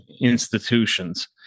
institutions